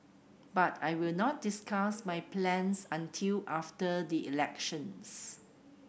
but I will not discuss my plans until after the elections